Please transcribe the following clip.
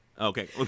Okay